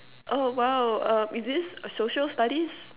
oh !wow! uh is this social studies